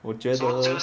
我觉得